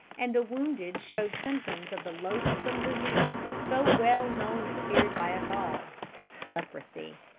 and the wounded showed symptoms of the loathsome disease so well known and feared by us all leprosy.